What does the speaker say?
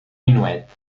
minuet